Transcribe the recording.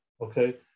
okay